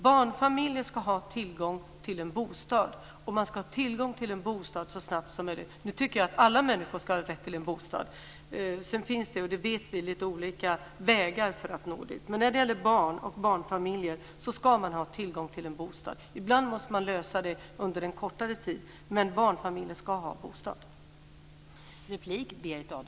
Barnfamiljer ska ha tillgång till en bostad så snabbt som möjligt. Jag tycker också att alla människor ska ha rätt till en bostad. Det finns som bekant lite olika vägar för att nå dit, men barnfamiljer ska ha tillgång till en bostad. Ibland måste man skapa en lösning för en kortare tid, men barnfamiljer ska ha en bostad.